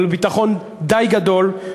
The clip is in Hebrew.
אבל בביטחון די גדול,